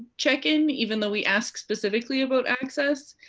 check-in even though we asked specifically about access.